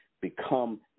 become